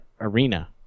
arena